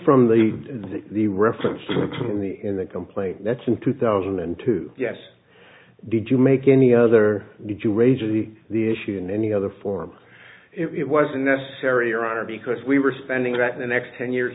from the the reference in the in the complaint that's in two thousand and two yes did you make any other did you raise of the the issue in any other form it was unnecessary or honor because we were spending that in the next ten years